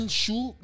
shoe